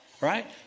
right